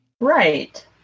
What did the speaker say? Right